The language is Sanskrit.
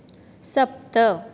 सप्त